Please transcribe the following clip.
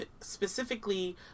specifically